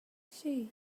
she